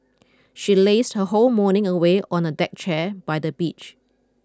she lazed her whole morning away on a deck chair by the beach